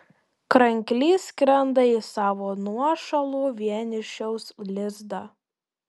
kranklys skrenda į savo nuošalų vienišiaus lizdą